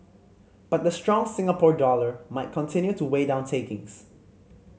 but the strong Singapore dollar might continue to weigh down takings